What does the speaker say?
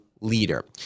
leader